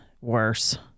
worse